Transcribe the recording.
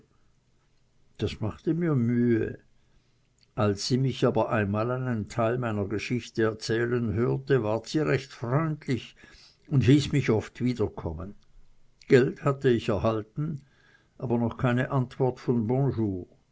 das machte mir mühe als sie mich aber einmal einen teil meiner geschichte erzählen hörte ward sie recht freundlich und hieß mich oft wiederkommen geld hatte ich eingewechselt aber noch keine antwort von